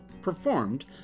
performed